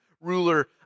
ruler